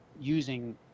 using